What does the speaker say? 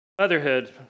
Motherhood